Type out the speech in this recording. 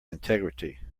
integrity